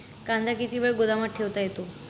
कांदा किती वेळ गोदामात ठेवता येतो?